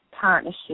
Partnership